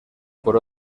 por